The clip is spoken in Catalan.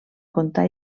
contar